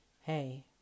hey